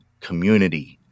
community